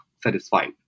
satisfied